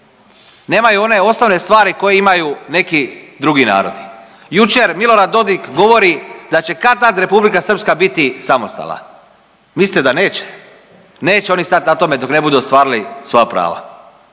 nemaju one osnovne stvari koje imaju neki drugi narodi. Jučer Milorad Dodik govori da će kad-tad Republika Srpska biti samostalna. Mislite da neće? Neće oni stat na tome dok ne budu ostvarili svoja prava,